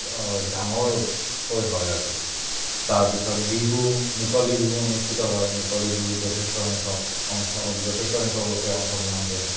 ডাঙৰকৈ হয় আৰু তাৰ পিছত বিহু মুকলি বিহু অনুষ্ঠিত হয় মুকলি বিহুত যথেষ্ট সংখ্যক অংশ যথেষ্ট সংখ্যক লোকে অংশগ্ৰহণ কৰে